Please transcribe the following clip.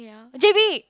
j_b